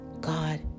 God